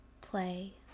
play